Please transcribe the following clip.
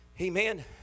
Amen